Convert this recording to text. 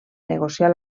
negociar